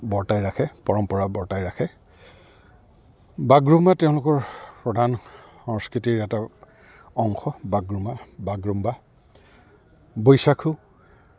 বৰ্তাই ৰাখে পৰম্পৰা বৰ্তাই ৰাখে বাগৰুম্বা তেওঁলোকৰ প্ৰধান সংস্কৃতিৰ এটা অংশ বাগৰুমা বাগৰুম্বা বৈশাখু